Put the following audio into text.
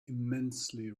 immensely